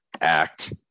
act